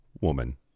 woman